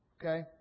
Okay